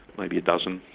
maybe a dozen.